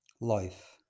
life